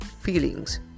feelings